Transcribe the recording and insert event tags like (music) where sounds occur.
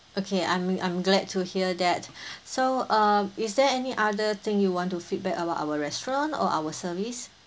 okay I'm I'm glad to hear that (breath) so uh is there any other thing you want to feedback about our restaurant or our service